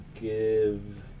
give